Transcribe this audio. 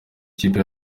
ikipe